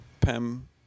Pem